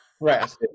Right